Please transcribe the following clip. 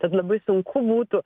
tad labai sunku būtų